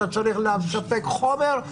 אתה צריך לספק חומר,